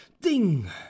ding